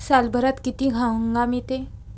सालभरात किती हंगाम येते?